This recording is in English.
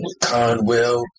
Conwell